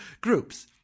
groups